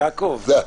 יעקב,